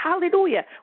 Hallelujah